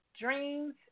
dreams